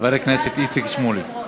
חבר הכנסת איציק שמולי.